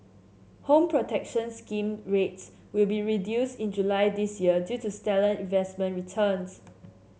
Home Protection Scheme rates will be reduced in July this year due to stellar investment returns